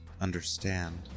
understand